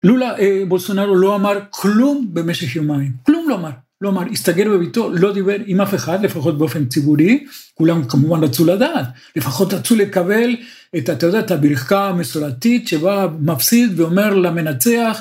לולה בוסונארו לא אמר כלום במשך יומיים, כלום לא אמר, לא אמר, הסתגר בביתו, לא דיבר עם אף אחד, לפחות באופן ציבורי, כולם כמובן רצו לדעת, לפחות רצו לקבל את, אתה יודע, את הבריחה המסורתית שבא מפסיד ואומר למנצח,